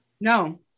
No